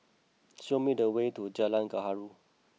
show me the way to Jalan Gaharu